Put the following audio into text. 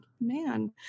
man